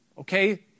okay